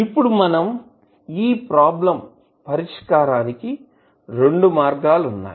ఇప్పుడు మనం ఈ ప్రాబ్లెమ్ పరిష్కారానికి రెండు మార్గాలు వున్నాయి